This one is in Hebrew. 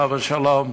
עליו השלום,